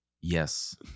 Yes